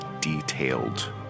detailed